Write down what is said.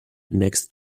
next